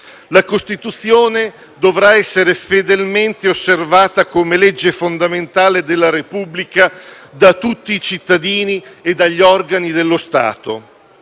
«La Costituzione dovrà essere fedelmente osservata come legge fondamentale della Repubblica da tutti i cittadini e dagli organi dello Stato».